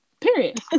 Period